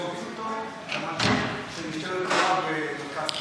והוציאו אותו למטה של משטרת התנועה במרכז כלל.